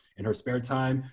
in her spare time,